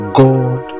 god